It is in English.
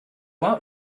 out